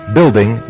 Building